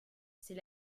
c’est